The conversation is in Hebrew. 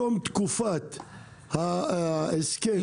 בתום תקופת ההסכם,